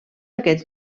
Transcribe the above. aquests